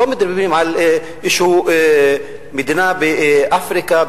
לא מדברים על איזושהי מדינה באפריקה,